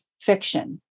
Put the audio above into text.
fiction